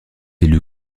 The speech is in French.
élue